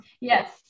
Yes